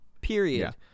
period